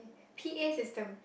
P_A system